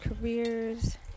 careers